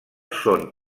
són